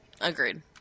Agreed